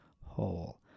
whole